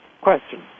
question